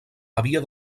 havia